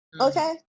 okay